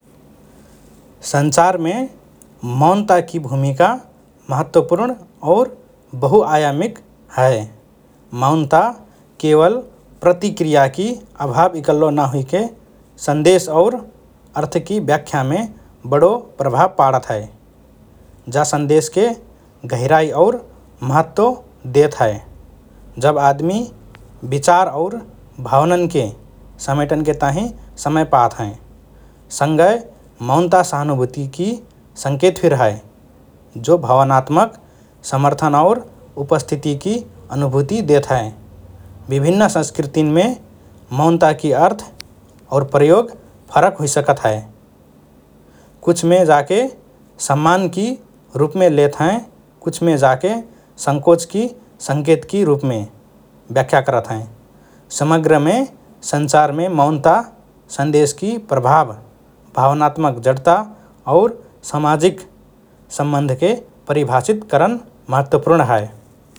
सञ्चारमे मौनताकि भूमिका महत्वपूर्ण और बहुआयामिक हए । मौनता केवल प्रतिक्रियाकि अभाव इकल्लो नहुइके सन्देश और अर्थकि व्याख्यामे बडो प्रभाव पाडत हए । जा सन्देशके गहिराइ और महत्व देत हए, जब आदमि विचार और भावनान्के समेटनके ताहिँ समय पात हएँ । सँगए, मौनता सहानुभूतिकि संकेत फिर हए, जो भावनात्मक समर्थन और उपस्थितिकि अनुभूति देत हए । विभिन्न संस्कृतिन्मे मौनताकि अर्थ और प्रयोग फरक हुइसकत हए । कुछमे जाके सम्मानकि रुपमे लेत हएँ, कुछमे जाके संकोचकि संकेतकि रुपमे व्याख्या करत हएँ । समग्रमे सञ्चारमे मौनता सन्देशकि प्रभाव, भावनात्मक जडता और सामाजिक सम्बन्धके परिभाषित करन महत्वपूर्ण हए ।